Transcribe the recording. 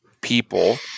people